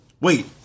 Wait